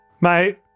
Mate